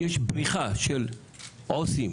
יש בריחה של עו"סים